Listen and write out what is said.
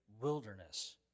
wilderness